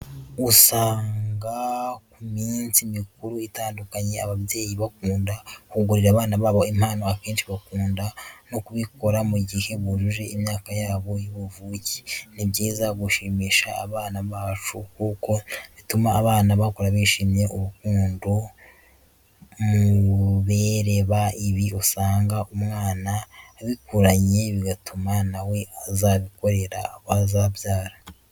Usanga ku minsi mikuru itandukanye ababyeyi bakunda kugurira abana babo impano akenshi bakunda no kubikora mu gihe bujuje imyaka yabo yubuvuke, ni byiza gushimisha abana bacu kuko bituma abana bakura bishimiye urukundo mu bereba, ibi usanga umwana abikuranye bigatuma nawe azabikorera abo azabyara.